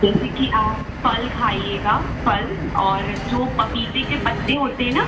जैसे कि आप फल खाइएगा फल और जो पपीते के पत्ते होते हैं ना